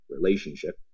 relationship